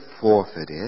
forfeited